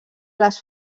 les